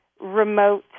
remote